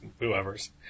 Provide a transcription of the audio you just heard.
whoever's